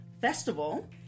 Festival